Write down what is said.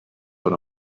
but